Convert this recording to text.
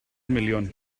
miliwn